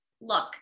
look